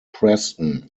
preston